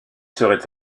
serait